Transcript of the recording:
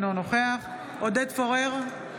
אינו נוכח עודד פורר,